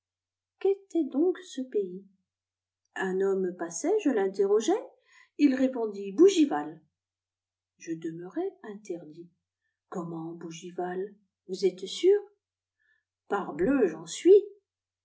donc ce pays un homme passait je l'interrogeai ii répondit bougival je demeurai interdit comment bougival vous êtes sûr parbleu j'en suis